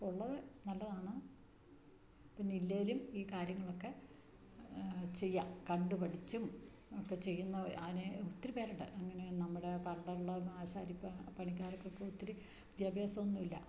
ഉള്ളതു നല്ലതാണ് പിന്നെ ഇല്ലേലും ഈ കാര്യങ്ങളൊക്കെ ചെയ്യാം കണ്ടുപഠിച്ചും ഒക്കെ ചെയ്യുന്ന ആണെങ്കില് ഒത്തിരി പേരുണ്ട് അങ്ങനെ നമ്മുടെ ആശാരി പണിക്കാര്ക്കൊക്കെ ഒത്തിരി വിദ്യാഭ്യാസമൊന്നുമില്ല